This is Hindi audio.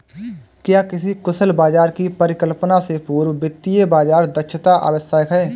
क्या किसी कुशल बाजार की परिकल्पना से पूर्व वित्तीय बाजार दक्षता आवश्यक है?